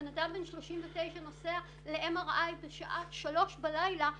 בן אדם בן 39 נוסע ל-MRI בשעה 3:00 בלילה,